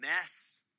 mess